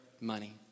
money